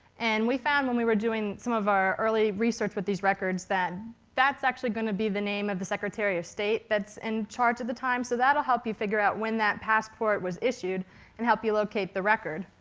and we found that when we were doing some of our early research with these records that that's actually going to be the name of the secretary of state that's in charge at the time. so that will help you figure out when that passport was issued and help you locate the record.